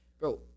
Bro